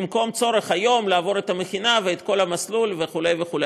במקום הצורך היום לעבור את המכינה ואת כל המסלול וכו' וכו'.